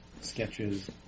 sketches